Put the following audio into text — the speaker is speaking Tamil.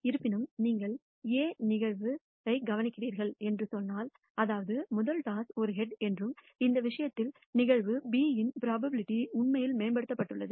இருப்பினும் நீங்கள் A நிகழ்வு கவனிக்கிறீர்கள் என்று சொன்னால் அதாவது முதல் டாஸ் ஒரு ஹெட் என்று இந்த விஷயத்தில் நிகழ்வு B இன் ப்ரோபபிலிட்டி உண்மையில் மேம்படுத்தப்பட்டுள்ளது